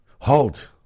halt